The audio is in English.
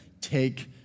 take